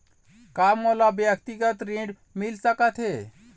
का मोला व्यक्तिगत ऋण मिल सकत हे?